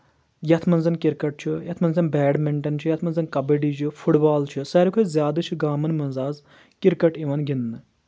یَتھ منٛز کِرکَٹ چھُ یَتھ منٛز زن بیڈمِنٹن چھُ یَتھ منٛز زن کَبڈی چھُ فُٹ بال چھُ ساروی کھۄتہٕ زیادٕ چھِ گامَن منٛز آز کِرکَٹ یِوان گِنٛدنہٕ